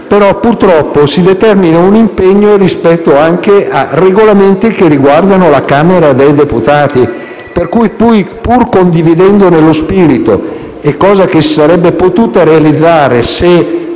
purtroppo si determina un impegno rispetto anche a regolamenti riguardanti la Camera dei deputati. Quindi, pur condividendone lo spirito, rispetto a una misura che si sarebbe potuta realizzare se